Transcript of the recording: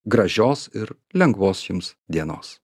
gražios ir lengvos jums dienos